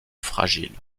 fragile